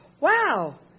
Wow